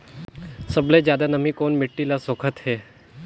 सबले ज्यादा नमी कोन मिट्टी ल सोखत हे?